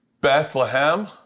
Bethlehem